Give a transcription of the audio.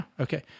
Okay